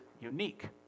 unique